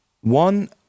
one